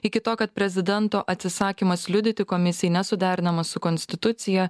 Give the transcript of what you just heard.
iki to kad prezidento atsisakymas liudyti komisijai nesuderinamas su konstitucija